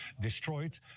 destroyed